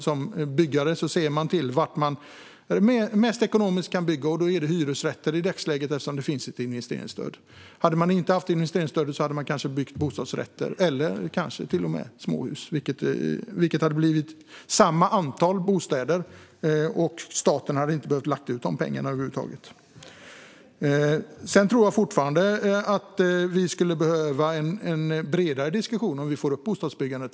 Som byggare ser man givetvis vad som är mest ekonomiskt att bygga. Det är hyresrätter i dagsläget, eftersom det finns ett investeringsstöd. Hade man inte haft investeringsstödet hade man kanske byggt bostadsrätter eller till och med småhus. Det hade blivit samma antal bostäder, och staten hade inte behövt lägga ut de pengarna över huvud taget. Sedan tror jag fortfarande att vi skulle behöva en bredare diskussion om hur vi får upp bostadsbyggandet.